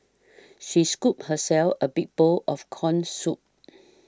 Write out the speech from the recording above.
she scooped herself a big bowl of Corn Soup